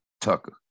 Tucker